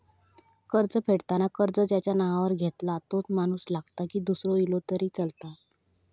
कर्ज फेडताना कर्ज ज्याच्या नावावर घेतला तोच माणूस लागता की दूसरो इलो तरी चलात?